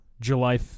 July –